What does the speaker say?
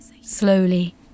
Slowly